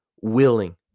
willing